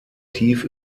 tief